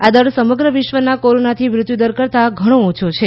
આ દર સમગ્ર વિશ્વના કોરોનાથી મૃત્યુદર કરતા ઘણો ઓછો છે